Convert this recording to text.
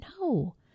No